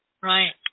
Right